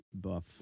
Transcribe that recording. buff